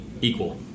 equal